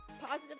Positive